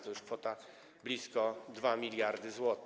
To już kwota blisko 2 mld zł.